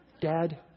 dad